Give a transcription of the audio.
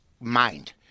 mind